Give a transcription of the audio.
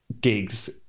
gigs